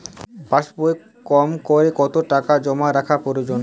পাশবইয়ে কমকরে কত টাকা জমা রাখা প্রয়োজন?